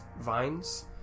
vines